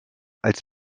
als